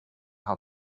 how